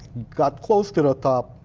got close to the top,